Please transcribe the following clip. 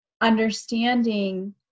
understanding